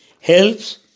helps